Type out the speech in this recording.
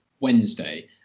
Wednesday